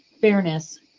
fairness